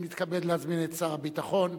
אני מתכבד להזמין את שר הביטחון